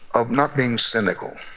of not being cynical.